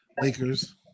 Lakers